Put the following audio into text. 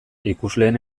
ikusleen